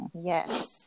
yes